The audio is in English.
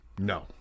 No